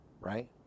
Right